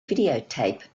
videotape